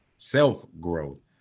Self-growth